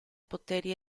poteri